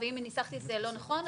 ואם ניסחתי את זה לא נכון,